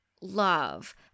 love